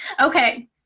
Okay